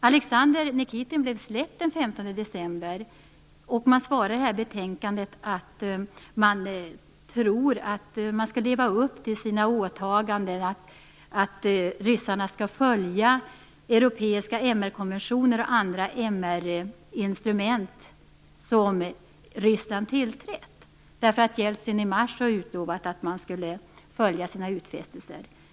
Alexander Nikitin blev släppt den 15 december, och det står i betänkandet att man i utskottet tror att man i Ryssland skall leva upp till sina åtaganden och att ryssarna skall följa europeiska MR-konventioner och andra MR instrument som Ryssland tillträtt, därför att Jeltsin i mars har lovat att man skulle följa sina utfästelser.